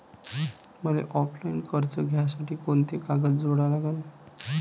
मले ऑफलाईन कर्ज घ्यासाठी कोंते कागद जोडा लागन?